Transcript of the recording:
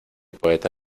poeta